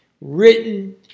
written